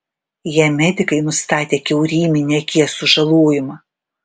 jam medikai nustatė kiauryminį akies sužalojimą